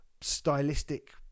stylistic